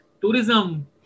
tourism